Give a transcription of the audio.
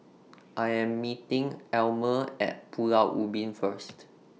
I Am meeting Almer At Pulau Ubin First